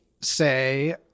say